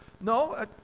no